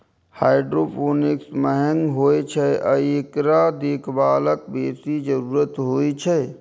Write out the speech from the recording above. hydroponics महंग होइ छै आ एकरा देखभालक बेसी जरूरत होइ छै